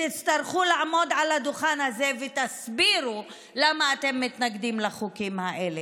תצטרכו לעמוד על הדוכן הזה ולהסביר למה אתם מתנגדים לחוקים האלה.